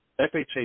FHA